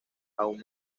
aún